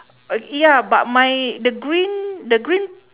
err yeah but my the green the green